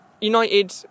United